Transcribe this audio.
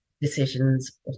decisions